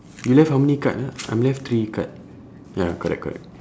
you left how many card ah I'm left three card ya correct correct